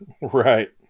Right